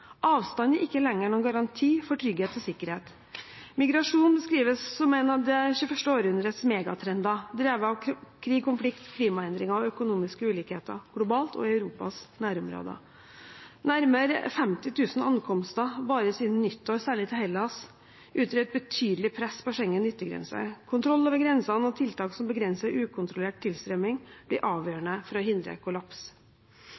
Avstand er ikke lenger noen garanti for trygghet og sikkerhet. Migrasjon beskrives som en av det 21. århundrets megatrender, drevet av krig, konflikt, klimaendringer og økonomiske ulikheter, globalt og i Europas nærområder. Nærmere 50 000 ankomster bare siden nyttår, særlig til Hellas, utgjør et betydelig press på Schengens yttergrense. Kontroll over grensene og tiltak som begrenser ukontrollert tilstrømming, blir